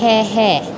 હે હે